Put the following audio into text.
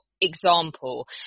example